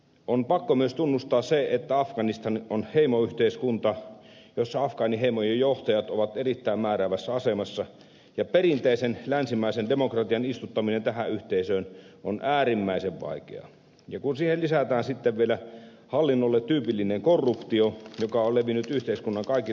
on pakko myös tunnustaa se että afganistan on heimoyhteiskunta jossa afgaaniheimojen johtajat ovat erittäin määräävässä asemassa ja perinteisen länsimaisen demokratian istuttaminen tähän yhteisöön on äärimmäisen vaikeaa ja kun siihen lisätään vielä hallinnolle tyypillinen korruptio joka on levinnyt yhteiskunnan kaikille tasoille